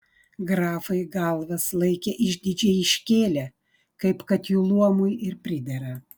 grafai galvas laikė išdidžiai iškėlę kaip kad jų luomui ir pridera